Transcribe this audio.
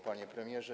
Panie Premierze!